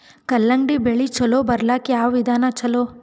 ಕಲ್ಲಂಗಡಿ ಬೆಳಿ ಚಲೋ ಬರಲಾಕ ಯಾವ ವಿಧಾನ ಚಲೋ?